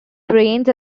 grains